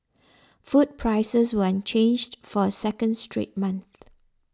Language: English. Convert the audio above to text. food prices were unchanged for a second straight month